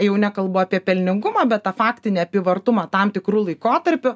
jau nekalbu apie pelningumą bet tą faktinį apyvartumą tam tikru laikotarpiu